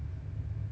isn't that good